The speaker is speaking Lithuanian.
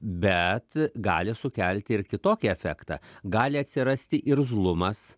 bet gali sukelti ir kitokį efektą gali atsirasti irzlumas